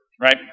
Right